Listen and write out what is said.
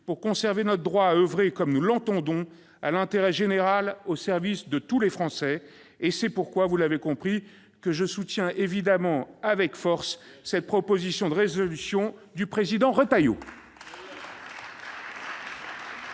pour conserver notre droit à oeuvrer comme nous l'entendons à l'intérêt général au service de tous les Français. C'est pourquoi, vous l'avez compris, je soutiens évidemment avec force cette proposition de résolution du président Retailleau